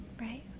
Right